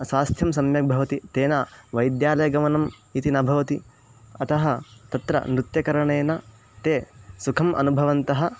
स्वास्थ्यं सम्यक् भवति तेन वैद्यालयगमनम् इति न भवति अतः तत्र नृत्यकरणेन ते सुखम् अनुभवन्तः